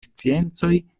sciencoj